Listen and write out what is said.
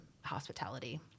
hospitality